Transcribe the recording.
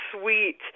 sweet